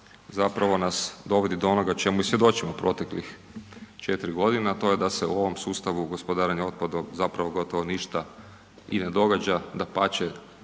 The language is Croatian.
zapravo nas dovodi do onoga čemu i svjedočimo u proteklih 4 g. a to je da se u ovom sustavu gospodarenja otpadom zapravo gotovo ništa i ne događa dapače,